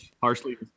harshly